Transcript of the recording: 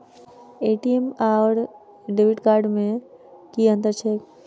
ATM आओर debit card मे की अंतर छैक?